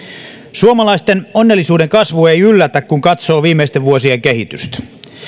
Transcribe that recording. suomalaisten onnellisuuden kasvu ei yllätä kun katsoo viimeisten vuosien kehitystä